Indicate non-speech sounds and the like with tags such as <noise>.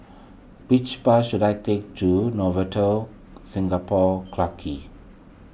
which bus should I take to Novotel Singapore <noise> Clarke Quay